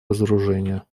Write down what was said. разоружения